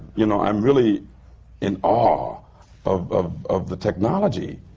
you know, i'm really in awe of ah of the technology.